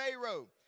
Pharaoh